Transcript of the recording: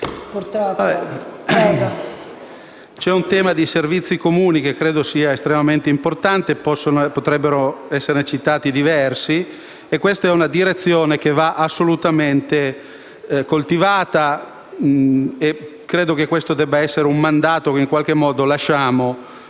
C'è un tema di servizi comuni, che credo sia estremamente importante (potrebbero esserne citati diversi); questa è una direzione che va assolutamente coltivata e credo che questo debba essere un mandato che in qualche modo lasciamo